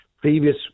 previous